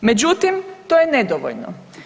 Međutim, to je nedovoljno.